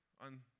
on